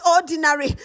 ordinary